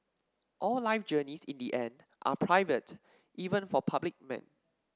all life journeys in the end are private even for public men